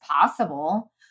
possible